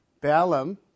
Balaam